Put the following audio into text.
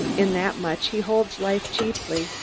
in that much, he holds life cheaply.